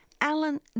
Alan